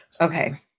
Okay